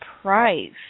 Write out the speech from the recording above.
price